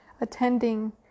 attending